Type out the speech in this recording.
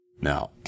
Now